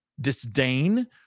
disdain